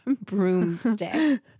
broomstick